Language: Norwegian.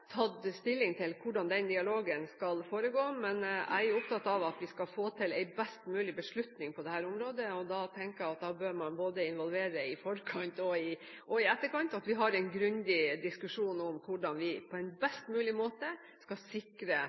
er opptatt av at vi skal få til en best mulig beslutning på dette området. Da tenker jeg at man bør involvere Stortinget både i forkant og i etterkant, og at vi har en grundig diskusjon om hvordan vi på en best mulig måte skal sikre